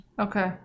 okay